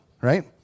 right